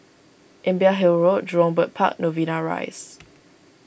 Imbiah Hill Road Jurong Bird Park Novena Rise